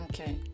okay